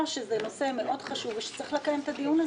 שזה נושא מאוד חשוב ושצריך לקיים את הדיון הזה.